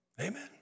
Amen